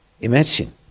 Imagine